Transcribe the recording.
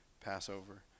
Passover